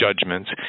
judgments